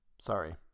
Sorry